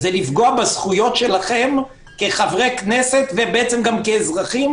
זה לפגוע בזכויות שלכם כחברי כנסת ובעצם גם כאזרחים,